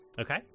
Okay